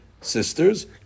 sisters